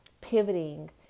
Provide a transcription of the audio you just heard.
pivoting